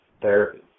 therapy